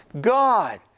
God